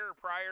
prior